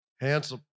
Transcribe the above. Handsome